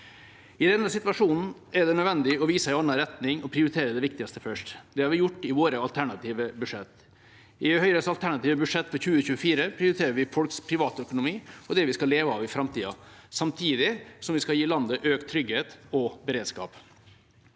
I denne situasjonen er det nødvendig å vise en annen retning og prioritere det viktigste først. Det har vi gjort i våre alternative budsjetter. I Høyres alternative budsjett for 2024 prioriterer vi folks privatøkonomi og det vi skal leve av i framtida, samtidig som vi skal gi landet økt trygghet og beredskap.